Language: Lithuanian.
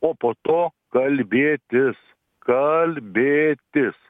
o po to kalbėtis kalbėtis